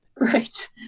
Right